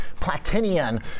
Platinian